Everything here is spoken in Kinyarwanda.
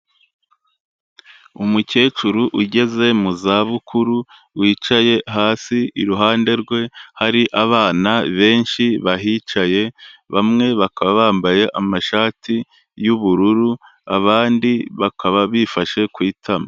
Umukecuru ugeze mu zabukuru, wicaye hasi iruhande rwe hari abana benshi bahicaye, bamwe bakaba bambaye amashati y'ubururu, abandi bakaba bifashe ku itama.